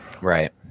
Right